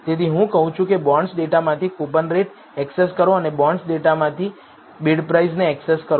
તેથી હું કહું છું કે બોન્ડ્સ ડેટામાંથી કૂપનરેટ એક્સેસ કરો અને બોન્ડ્સ ડેટાથી બિડપ્રાઇસ એક્સેસ કરો